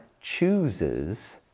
chooses